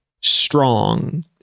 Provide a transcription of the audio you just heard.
strong